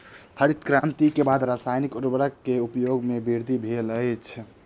हरित क्रांति के बाद रासायनिक उर्वरक के उपयोग में वृद्धि भेल अछि